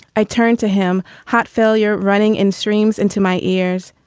i turned to him. heart failure running in streams into my ears.